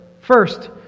First